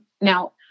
now